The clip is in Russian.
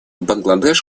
бангладеш